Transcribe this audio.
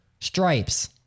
stripes